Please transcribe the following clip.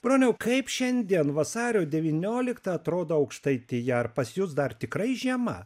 broniau kaip šiandien vasario devynioliktą atrodo aukštaitija ar pas jus dar tikrai žiema